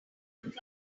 look